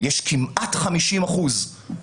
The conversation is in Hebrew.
יש כמעט 50 אחוזים.